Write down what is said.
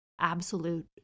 absolute